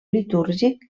litúrgic